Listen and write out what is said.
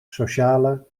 sociale